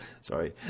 Sorry